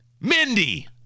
Mindy